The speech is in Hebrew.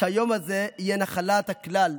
שהיום הזה יהיה נחלת הכלל,